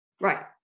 right